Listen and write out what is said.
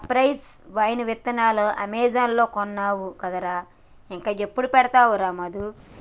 cypress vine విత్తనాలు Amazon లో కొన్నావు కదరా ఇంకా ఎప్పుడు పెడతావురా మధు